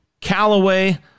Callaway